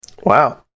Wow